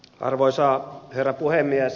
arvoisa herra puhemies